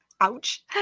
Ouch